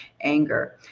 anger